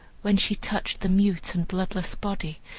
when she touched the mute and bloodless body,